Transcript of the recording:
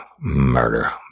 Murder